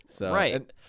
Right